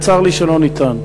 וצר לי שלא ניתן.